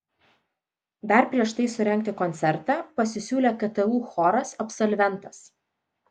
dar prieš tai surengti koncertą pasisiūlė ktu choras absolventas